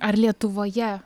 ar lietuvoje